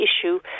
issue